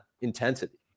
intensity